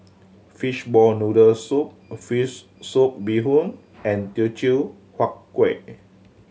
fishball noodle soup fish soup bee hoon and Teochew Huat Kuih